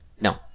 No